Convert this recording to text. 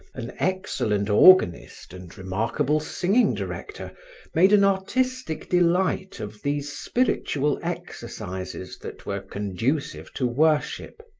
an excellent organist and remarkable singing director made an artistic delight of these spiritual exercises that were conducive to worship.